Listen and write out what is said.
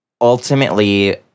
Ultimately